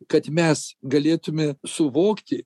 kad mes galėtumėme suvokti